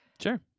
sure